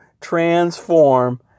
transform